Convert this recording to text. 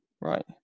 Right